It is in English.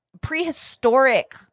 prehistoric